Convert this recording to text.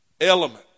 element